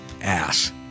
ass